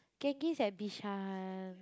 Genki is at Bishan